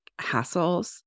Hassles